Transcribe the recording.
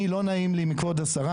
אני לא נעים לי מכבוד השרה,